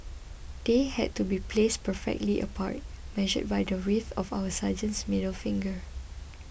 they had to be placed perfectly apart measured by the width of our sergeants middle finger